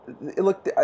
look